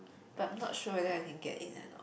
but I'm not sure whether I can get in or not